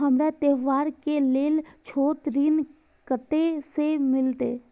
हमरा त्योहार के लेल छोट ऋण कते से मिलते?